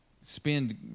spend